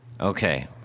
Okay